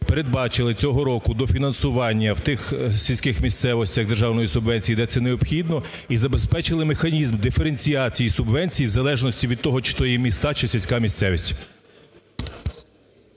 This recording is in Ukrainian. передбачили цього рокудофінансування в тих сільських місцевостях державної субвенції, де це необхідно і забезпечили механізм диференціації субвенцій в залежності від того, чи то є міста, чи сільська місцевість.